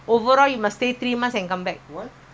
cannot like go and come back very fast cannot